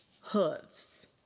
hooves